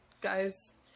guys